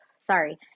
sorry